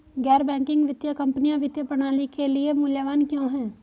गैर बैंकिंग वित्तीय कंपनियाँ वित्तीय प्रणाली के लिए मूल्यवान क्यों हैं?